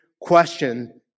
question